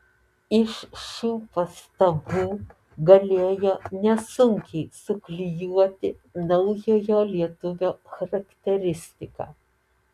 iš šių pastabų galėjo nesunkiai suklijuoti naujojo lietuvio charakteristiką